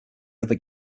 other